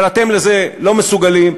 אבל אתם לזה לא מסוגלים.